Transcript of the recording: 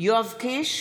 יואב קיש,